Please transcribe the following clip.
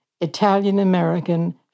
Italian-American